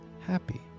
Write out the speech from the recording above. happy